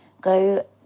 Go